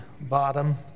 bottom